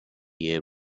year